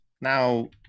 Now